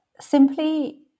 Simply